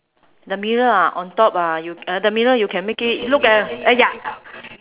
the mirror ah on top ah you the mirror you can make it look at uh ya